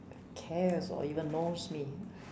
cares or even knows me